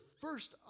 first